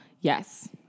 Yes